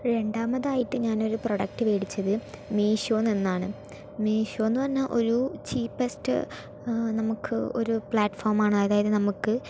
രണ്ടാമതായിട്ട് ഞാൻ ഒരു പ്രോഡക്റ്റ് മേടിച്ചത് മീഷോ നിന്നാണ് മീഷോ എന്ന് പറഞ്ഞാൽ ഓരു ചീപ്പസ്റ്റ് നമുക്ക് ഒരു പ്ലാറ്റ് ഫോമാണ് അതായത് നമുക്ക്